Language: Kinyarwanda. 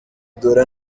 duhura